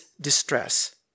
distress